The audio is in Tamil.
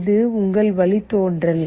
இது உங்கள் வழித்தோன்றல்